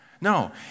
No